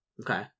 Okay